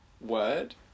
Word